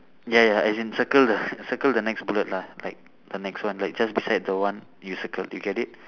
ya ya as in circle the circle the next bullet lah like the next one like just beside the one you circled you get it